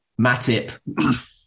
Matip